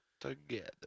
together